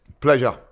Pleasure